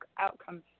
outcomes